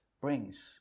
brings